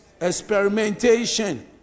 Experimentation